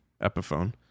Epiphone